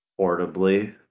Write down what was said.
portably